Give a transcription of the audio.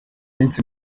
minsi